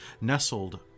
nestled